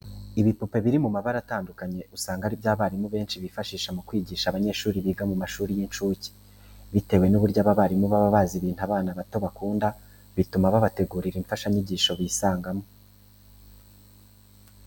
Ibipupe biri mu mabara atandukanye usanga ari byo abarimu benshi bifashisha mu gihe bari kwigisha abanyeshuri biga mu mashuri y'incuke. Bitewe n'uburyo aba barimu baba bazi ibintu byose abana bato bakunda, bituma babategurira imfashanyigisho bisangamo.